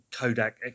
Kodak